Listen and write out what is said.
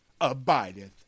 Abideth